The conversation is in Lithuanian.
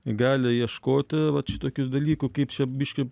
gali ieškoti vat šitokių dalykų kaip čia biški